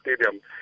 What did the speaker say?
stadium